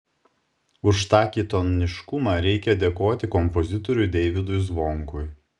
už tą kitoniškumą reikia dėkoti kompozitoriui deividui zvonkui